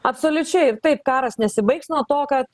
absoliučiai ir taip karas nesibaigs nuo to kad